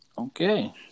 Okay